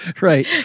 Right